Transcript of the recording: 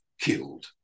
killed